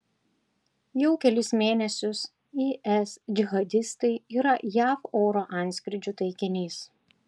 jau kelis mėnesius is džihadistai yra jav oro antskrydžių taikinys